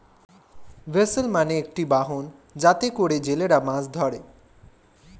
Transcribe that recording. vessel মানে একটি বাহন যাতে করে জেলেরা মাছ ধরে